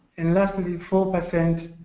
and lastly, four percent